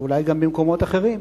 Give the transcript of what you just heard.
ואולי גם במקומות אחרים.